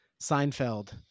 Seinfeld